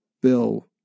Bill